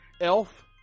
elf